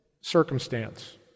circumstance